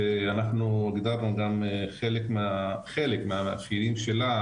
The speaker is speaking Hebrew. שאנחנו הגדרנו גם חלק מהמאפיינים שלה,